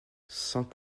cent